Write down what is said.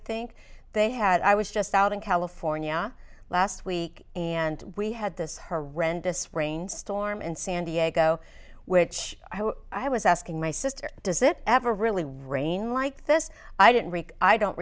think they had i was just out in california last week and we had this horrendous rainstorm in san diego which i was asking my sister does it ever really rain like this i didn't i don't